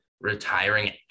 retiring